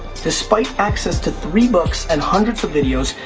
despite access to three books and hundreds of videos,